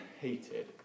hated